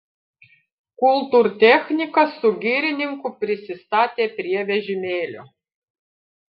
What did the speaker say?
kultūrtechnikas su girininku prisistatė prie vežimėlio